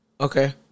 Okay